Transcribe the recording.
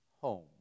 home